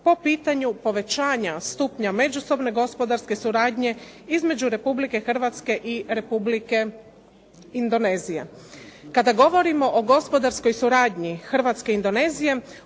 po pitanju povećanja stupnja međusobne gospodarske suradnje između Republike Hrvatske i Republike Indonezije. Kada govorimo o gospodarskoj suradnje Hrvatske i Indonezije